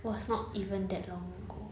was not even that long ago